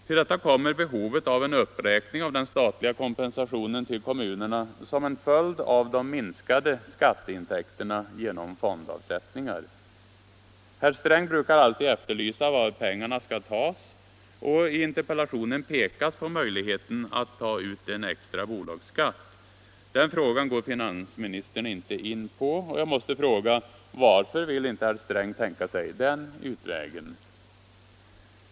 Till detta kommer behovet av en uppräkning av den statliga kompensationen till kommunerna som en följd av de minskade skatteintäkterna genom fondavsättningar. Herr Sträng brukar alltid efterlysa var pengarna skall tas och i interpellationen pekas på möjligheten att ta ut en extra bolagsskatt. Den frågan går finansministern inte in på och jag måste fråga: Varför vill inte herr Sträng tänka sig den utvägen?